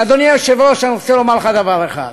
אדוני היושב-ראש, אני רוצה לומר לך דבר אחד.